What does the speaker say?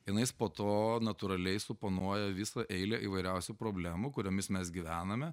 jinais po to natūraliai suponuoja visą eilę įvairiausių problemų kuriomis mes gyvename